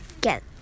get